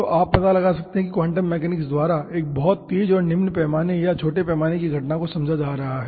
तो आप पता लगा सकते हैं कि क्वांटम मैकेनिक्स द्वारा एक बहुत तेज़ और निम्न पैमाने या छोटे पैमाने की घटना को समझा जा रहा है